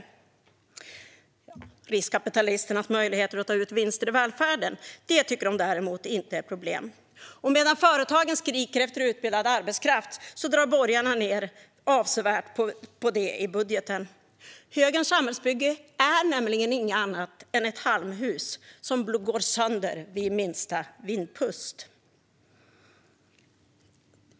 Riskkapitalisternas möjligheter att ta ut vinster i välfärden tycker de däremot inte är ett problem. Och medan företagen skriker efter utbildad arbetskraft drar borgarna ned avsevärt på utbildning i budgeten. Högerns samhällsbygge är nämligen inget annat än ett halmhus som går sönder vid minsta vindpust.